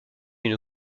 une